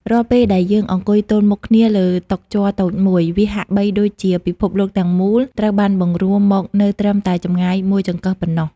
រាល់ពេលដែលយើងអង្គុយទល់មុខគ្នាលើតុជ័រតូចមួយ វាហាក់បីដូចជាពិភពលោកទាំងមូលត្រូវបានបង្រួមមកនៅត្រឹមតែចម្ងាយមួយចង្កឹះប៉ុណ្ណោះ។